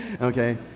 Okay